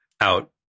out